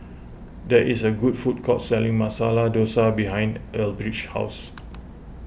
there is a food court selling Masala Dosa behind Elbridge's house